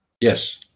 Yes